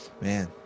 Man